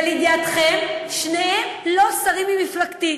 ולידיעתכם, שניהם לא שרים ממפלגתי.